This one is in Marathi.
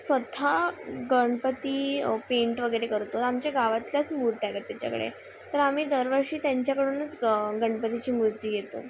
स् स्वथा गणपती पेंट वगैरे करतो आमच्या गावातल्याच मूर्त्याय त्याच्याकडे तर आम्ही दरवर्षी त्यांच्याकडूनच गणपतीची मूर्ती येतो